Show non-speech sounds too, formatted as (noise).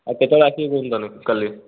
କେତେବେଳେ ଆସିବେ (unintelligible) କାଲି